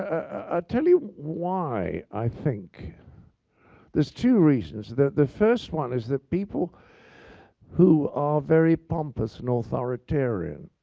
i'll tell you why i think there's two reasons. the the first one is that people who are very pompous and authoritarian,